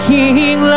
King